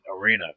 arena